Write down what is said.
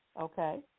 Okay